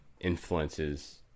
influences